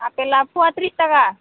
आफेल फुवा त्रिस थाखा